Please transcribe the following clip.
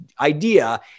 idea